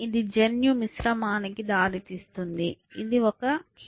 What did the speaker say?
ఇది జన్యు మిశ్రమానికి దారితీస్తుంది ఇది ఒక కీ